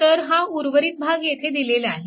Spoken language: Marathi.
तर हा उर्वरित भाग येथे दिलेला आहे